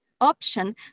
option